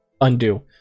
undo